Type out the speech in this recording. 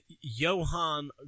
Johan